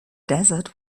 desert